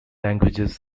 languages